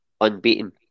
unbeaten